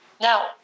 Now